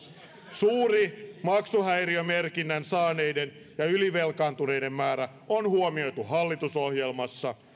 suuri maksuhäiriömerkinnän saaneiden ja ylivelkaantuneiden määrä on huomioitu hallitusohjelmassa